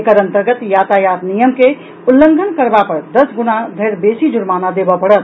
एकर अंतर्गत यातायात नियम के उल्लंघन करबा पर दस गुना धरि बेसी जुर्माना देबय पड़त